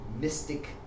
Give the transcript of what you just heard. mystic